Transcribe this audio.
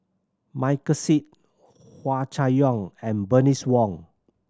Michael Seet Hua Chai Yong and Bernice Wong